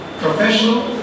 professional